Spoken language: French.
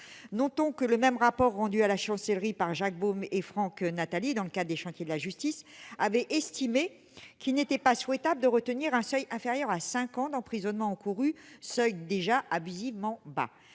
et de rébellion. Le rapport rendu à la Chancellerie par Jacques Beaume et Franck Natali dans le cadre des chantiers de la justice avait estimé qu'il n'était pas souhaitable de retenir un seuil inférieur à cinq ans d'emprisonnement encourus, seuil déjà abusivement bas.